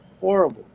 horrible